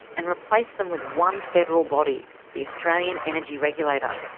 and replaced them with one federal body, the australian energy regulator.